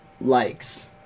likes